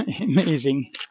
Amazing